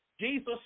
Jesus